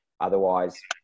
Otherwise